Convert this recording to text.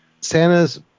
Santas